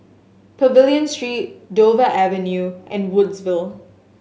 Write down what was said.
Pavilion Street Dover Avenue and Woodsville